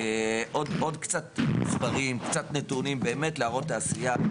עוד קצת מספרים ונתונים על מנת להראות קצת את העשייה.